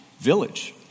village